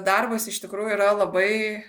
darbas iš tikrųjų yra labai